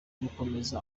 gukomereza